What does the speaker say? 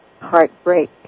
heartbreak